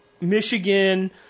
Michigan